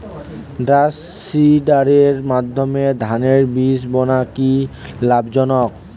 ড্রামসিডারের মাধ্যমে ধানের বীজ বোনা কি লাভজনক?